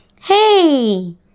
Hey